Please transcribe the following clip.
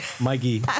Mikey